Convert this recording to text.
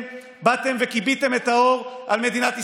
באתם וכיביתם את האור על מדינת ישראל,